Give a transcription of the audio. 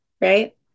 right